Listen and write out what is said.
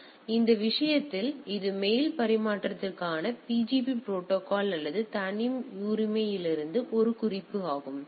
எனவே இந்த விஷயத்தில் இது மெயில் பரிமாற்றத்திற்கான பிஜிபி ப்ரோடோகால் நல்ல தனியுரிமையிலிருந்து ஒரு குறிப்பு ஆகும்